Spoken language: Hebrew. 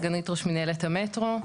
סגנית ראש מנהלת המטרו,